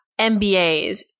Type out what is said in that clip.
MBAs